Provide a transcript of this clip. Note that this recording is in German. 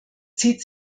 zieht